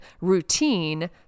routine